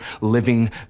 living